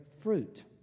fruit